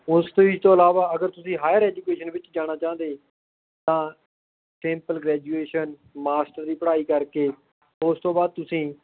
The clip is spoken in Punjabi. ਉਸ ਚੀਜ਼ ਤੋਂ ਇਲਾਵਾ ਅਗਰ ਤੁਸੀਂ ਹਾਇਰ ਐਜੂਕੇਸ਼ਨ ਵਿੱਚ ਜਾਣਾ ਚਾਹੁੰਦੇ ਤਾਂ ਸਿੰਪਲ ਗ੍ਰੈਜੂਏਸ਼ਨ ਮਾਸਟਰ ਦੀ ਪੜ੍ਹਾਈ ਕਰਕੇ ਉਸ ਤੋਂ ਬਾਅਦ ਤੁਸੀਂ